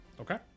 Okay